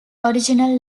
original